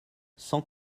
sans